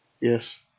Yes